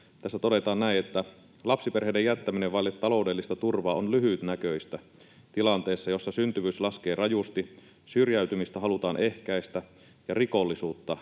Tässä todetaan näin: ”Lapsiperheiden jättäminen vaille taloudellista turvaa on lyhytnäköistä tilanteessa, jossa syntyvyys laskee rajusti, syrjäytymistä halutaan ehkäistä ja rikollisuutta vähentää.”